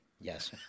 Yes